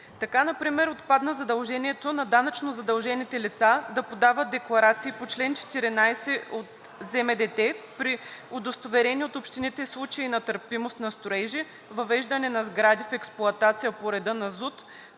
Така например отпадна задължението на данъчно задължените лица да подават декларации по чл. 14 от ЗМДТ при удостоверени от общините случаи на търпимост на строежи, въвеждане на сгради в експлоатация по реда на ЗУТ